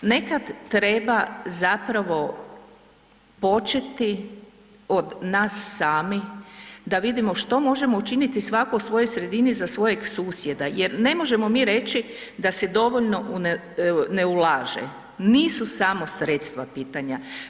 Nekad treba zapravo početi od nas sami da vidimo što možemo učiniti svako u svojoj sredini za svojeg susjeda jer ne možemo mi reći da se dovoljno ne ulaže, nisu samo sredstva pitanja.